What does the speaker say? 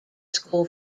school